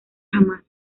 jamás